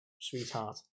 sweetheart